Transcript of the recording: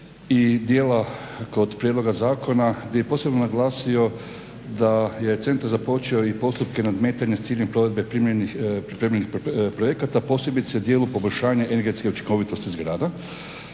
i dijela kod prijedloga zakona gdje bih posebno naglasio da je centar započeo i postupke nadmetanja s ciljem provedbe pripremljenih projekata, posebice u dijelu poboljšanja energetske učinkovitosti zgrada.